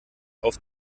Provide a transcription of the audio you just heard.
auf